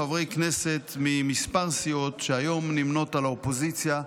חברי כנסת מכמה סיעות שנמנות היום עם האופוזיציה,